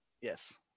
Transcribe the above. yes